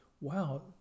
wow